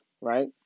right